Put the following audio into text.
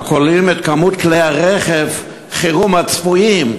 הכוללים את מספר כלי-רכב החירום הצפויים,